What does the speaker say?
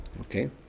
Okay